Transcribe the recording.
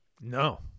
No